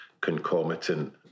concomitant